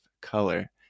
color